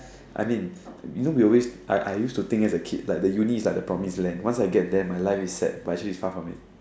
I mean you know we always I I used to think as a kid like the uni is a promise land once I get there my life is set but actually it's far from it